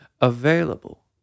Available